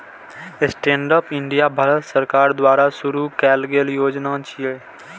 stand up India Bharat सरकार द्वारा शुरू कैल गेल योजना छियै